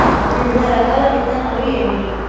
వివిధ రకాల విత్తనాలు ఏమిటి?